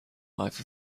life